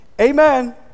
amen